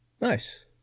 Nice